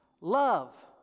Love